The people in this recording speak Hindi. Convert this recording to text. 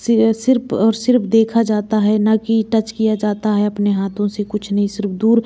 सिवे सिर्फ और सिर्फ देखा जाता है न कि टच किया जाता है अपने हाथों से कुछ नहीं सिर्फ दूर